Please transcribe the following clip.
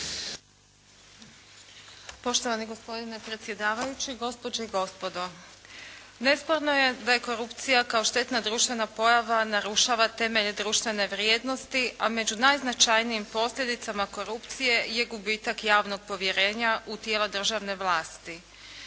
Poštovani gospodine predsjedavajući, gospođe i gospodo. Nesporno je da je korupcija kao štetna društvena pojava narušava temelje društvene vrijednosti, a među najznačajnijim posljedicama korupcije je gubitak javnog povjerenja u tijela državne vlasti.